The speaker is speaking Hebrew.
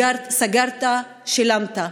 סגרת, שילמת.